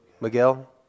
Miguel